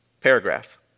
paragraph